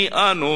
מי אנו